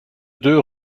deux